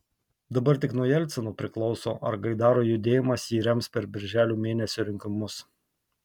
dabar tik nuo jelcino priklauso ar gaidaro judėjimas jį rems per birželio mėnesio rinkimus